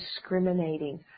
discriminating